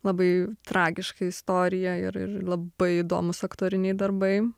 labai tragiška istorija ir ir labai įdomūs aktoriniai darbai